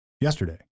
yesterday